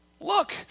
Look